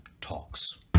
Talks